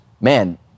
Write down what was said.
man